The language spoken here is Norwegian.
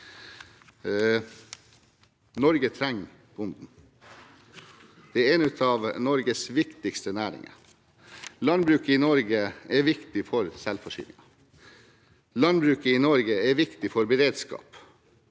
Norge trenger bonden. Det er en av Norges viktigste næringer. Landbruket i Norge er viktig for selvforsyningen. Landbruket i Norge er viktig for beredskap,